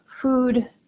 food